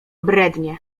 brednie